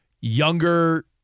younger